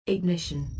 Ignition